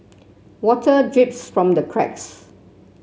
water drips from the cracks